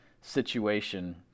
situation